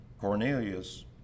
Cornelius